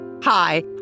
Hi